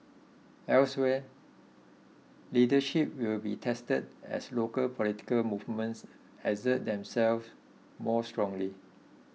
elsewhere leadership will be tested as local political movements assert themselves more strongly